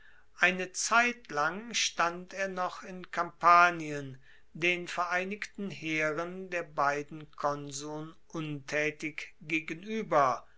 eine zeitlang stand er noch in kampanien den vereinigten heeren der beiden konsuln untaetig gegenueber